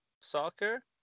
soccer